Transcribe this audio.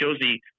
Josie